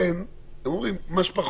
היא לא בריכה נפרדת ולכן הם אומרים כמה שפחות.